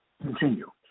continue